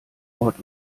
ort